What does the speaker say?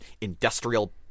industrial